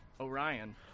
Orion